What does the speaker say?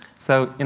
so,